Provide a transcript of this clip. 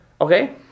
Okay